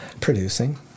Producing